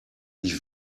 ich